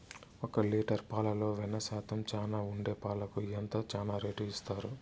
ఒక లీటర్ పాలలో వెన్న శాతం చానా ఉండే పాలకు ఎంత చానా రేటు ఇస్తారు?